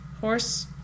horse